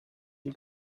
die